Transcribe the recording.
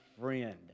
friend